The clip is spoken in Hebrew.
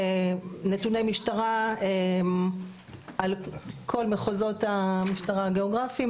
נתוני משטרה על כל מחוזות המשטרה הגאוגרפיים,